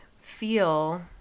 feel